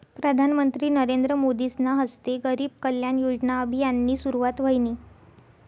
प्रधानमंत्री नरेंद्र मोदीसना हस्ते गरीब कल्याण योजना अभियाननी सुरुवात व्हयनी